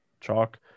chalk